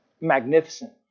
magnificent